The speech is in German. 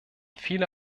viele